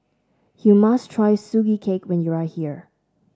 you must try Sugee Cake when you are here